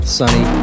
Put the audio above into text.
sunny